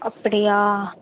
அப்படியா